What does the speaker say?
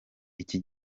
iki